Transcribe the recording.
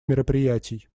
мероприятий